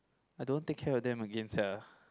I don't take care of them again sia